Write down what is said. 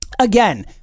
again